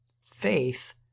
Faith